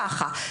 ככה.